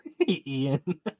Ian